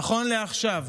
נכון לעכשיו,